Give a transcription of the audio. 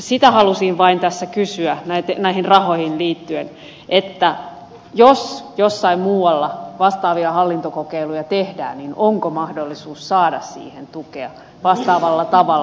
sitä halusin vain tässä kysyä näihin rahoihin liittyen että jos jossain muualla vastaavia hallintokokeiluja tehdään niin onko mahdollisuus saada siihen tukea vastaavalla tavalla